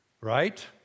right